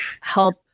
help